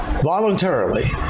voluntarily